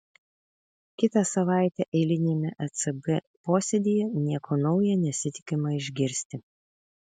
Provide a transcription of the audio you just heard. kitą savaitę eiliniame ecb posėdyje nieko naujo nesitikima išgirsti